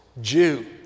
Jew